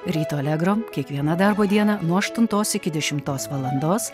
ryto allegro kiekvieną darbo dieną nuo aštuntos iki dešimtos valandos